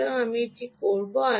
সুতরাং আমি এটি করব